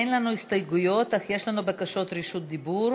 אין לנו הסתייגויות, אך יש לנו בקשות רשות דיבור.